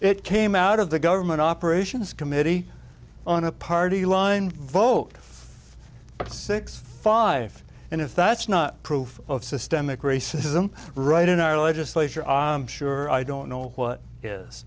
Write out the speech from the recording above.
it came out of the government operations committee on a party line vote at six five and if that's not proof of systemic racism right in our legislature i'm sure i don't know what is